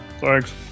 thanks